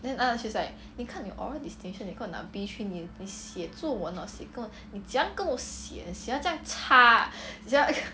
then after that she's like 你看你 oral distinction you 跟我拿 B three 你写作文 orh 写跟我你怎样跟我的 sia 这样差啊怎样